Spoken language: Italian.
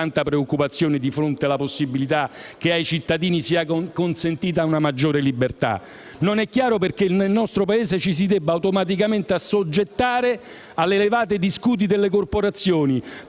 con tanta preoccupazione di fronte alla possibilità che ai cittadini sia consentita una maggiore libertà. Non è chiaro perché nel nostro Paese ci si debba automaticamente assoggettare alle levate di scudi delle corporazioni,